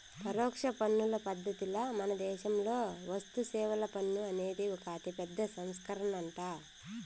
పరోక్ష పన్నుల పద్ధతిల మనదేశంలో వస్తుసేవల పన్ను అనేది ఒక అతిపెద్ద సంస్కరనంట